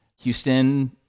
Houston